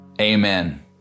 amen